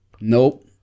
Nope